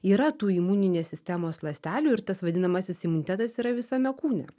yra tų imuninės sistemos ląstelių ir tas vadinamasis imunitetas yra visame kūne